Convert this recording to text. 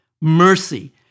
Mercy